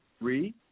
read